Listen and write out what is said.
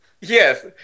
Yes